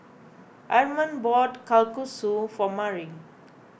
Armond bought Kalguksu for Mari